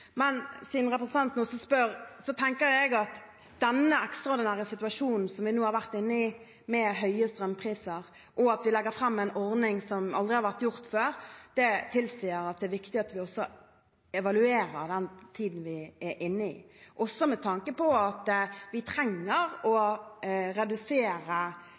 Men siden representanten spør: Jeg tenker at denne ekstraordinære situasjonen vi nå har vært inne i med høye strømpriser, og det at vi legger fram en ordning vi aldri har hatt før, tilsier at det er viktig at vi evaluerer den tiden vi er inne i, også med tanke på at vi trenger å redusere